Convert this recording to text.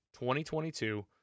2022